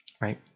Right